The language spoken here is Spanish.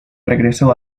regresó